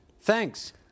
Thanks